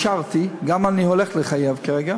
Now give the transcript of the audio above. אישרתי ואני גם הולך לחייב כרגע